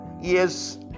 Yes